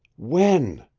when?